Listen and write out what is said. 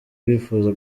bifuza